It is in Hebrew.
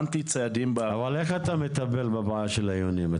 איך אתה מטפל בבעיה של היונים?